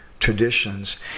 traditions